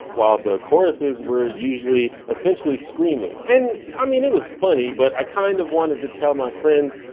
while the choruses were usually essentially screaming. and, i mean, it was funny but i kind of wanted to tell my friends,